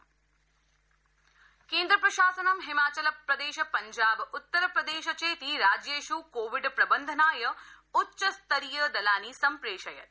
central teams केन्द्रप्रशासन् हिमाचल प्रदेश पञ्जाब उत्तर प्रदेश चेति राज्येषु कोविड प्रवन्धनाय उच्चस्तरीय दलानि सम्प्रेषयत्